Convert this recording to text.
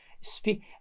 Speak